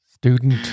Student